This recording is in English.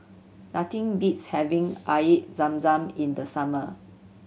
nothing beats having Air Zam Zam in the summer